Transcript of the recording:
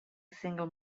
single